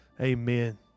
Amen